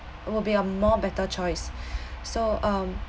it would be a more better choice so um